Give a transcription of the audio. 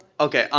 okay, ah